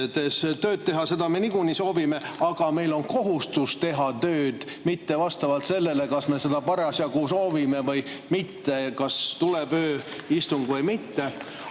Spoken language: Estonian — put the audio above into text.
tööd teha, seda me nagunii soovime, aga meil on kohustus tööd teha, mitte vastavalt sellele, kas me seda parasjagu soovime või mitte, kas tuleb ööistung või mitte.